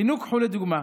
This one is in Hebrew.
הינה, קחו לדוגמה,